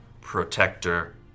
protector